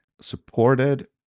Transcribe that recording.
supported